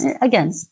again